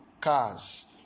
cars